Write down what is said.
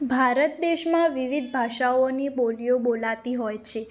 ભારત દેશમાં વિવિધ ભાષાઓ અને બોલીઓ બોલાતી હોય છે